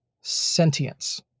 sentience